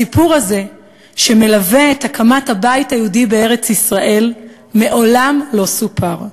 הסיפור הזה שמלווה את הקמת הבית היהודי בארץ-ישראל מעולם לא סופר.